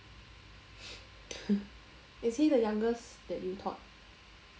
is he the youngest that you taught